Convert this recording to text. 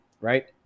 right